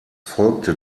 folgte